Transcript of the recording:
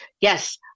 Yes